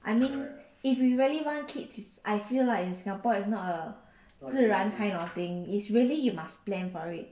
I mean if you really want kids I feel like in singapore is not a 自然 kind of thing is really you must plan for it